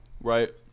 right